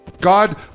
God